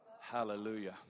Hallelujah